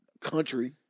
country